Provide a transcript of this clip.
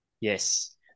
Yes